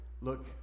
look